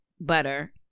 butter